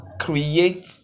create